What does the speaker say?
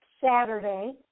Saturday